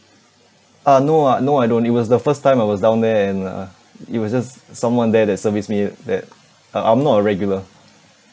uh no ah no I don't it was the first time I was down there and uh it was just someone there that serviced me that uh I'm not a regular